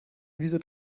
wieso